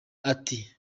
ati